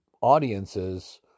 audiences